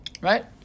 Right